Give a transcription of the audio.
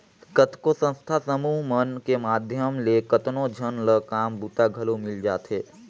कतको संस्था समूह मन के माध्यम ले केतनो झन ल काम बूता घलो मिल जाथे